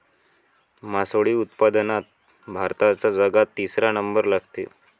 मासोळी उत्पादनात भारताचा जगात तिसरा नंबर लागते